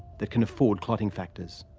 that can afford clotting factors.